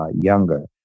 younger